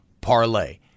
parlay